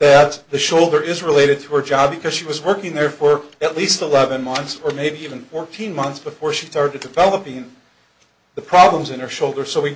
that the shoulder is related to her job because she was working there for at least eleven months or maybe even fourteen months before she started developing the problems in her shoulder so we